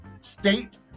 state